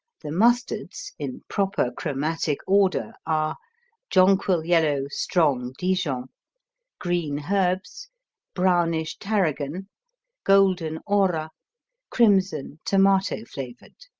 the mustards, in proper chromatic order, are jonquil yellow strong dijon green herbs brownish tarragon golden ora crimson tomato-flavored.